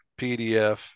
PDF